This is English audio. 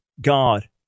God